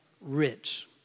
rich